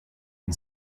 and